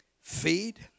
Feed